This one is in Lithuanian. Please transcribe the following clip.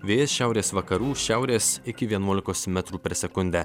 vėjas šiaurės vakarų šiaurės iki vienuolikos metrų per sekundę